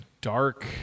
dark